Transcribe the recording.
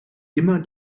immer